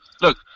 look